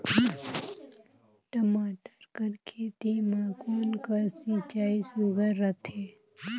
टमाटर कर खेती म कोन कस सिंचाई सुघ्घर रथे?